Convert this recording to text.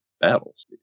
battles